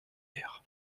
vert